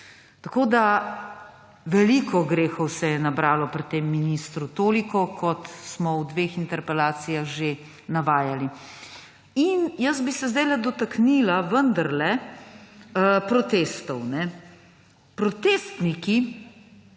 zbora. Veliko grehov se je nabralo pri tem ministru, kot smo jih v dveh interpelacijah že navajali. Jaz bi se zdajle dotaknila vendarle protestov. Protestniki